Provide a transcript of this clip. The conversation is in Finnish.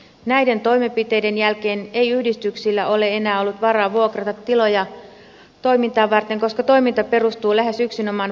näiden toimenpiteiden jälkeen ei yhdistyksillä ole enää ollut varaa vuokrata tiloja toimintaa varten koska toiminta perustuu lähes yksinomaan vapaaehtoistyöhön